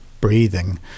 breathing